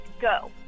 go